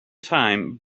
time